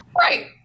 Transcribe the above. Right